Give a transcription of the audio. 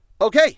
Okay